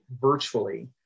Virtually